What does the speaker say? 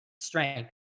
strength